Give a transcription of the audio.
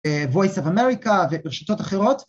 voice of America ורשתות אחרות